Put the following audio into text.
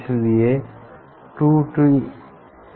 फिर हमें मिलेगा capital R slope divided by 4लैम्डा